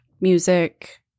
music